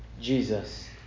Jesus